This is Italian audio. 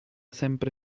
sempre